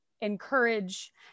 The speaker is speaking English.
encourage